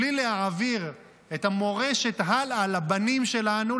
בלי להעביר את המורשת הלאה לבנים שלנו,